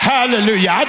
Hallelujah